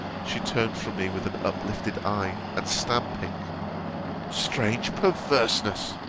she turned from me with an uplifted eye, and stamping strange perverseness!